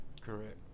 Correct